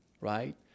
right